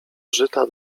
żyta